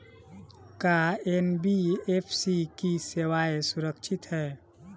का एन.बी.एफ.सी की सेवायें सुरक्षित है?